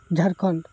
Jharkhand